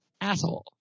Asshole